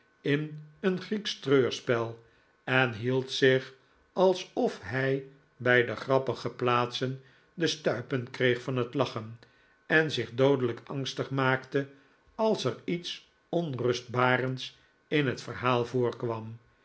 in een grieksch treurspel en hield zich alsof hij bij de grappige plaatsen de stuipen kreeg van het lachen en zich doodelijk angstig maakte als er iets onrustbarends in het verhaal